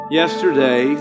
yesterday